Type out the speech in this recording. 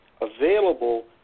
available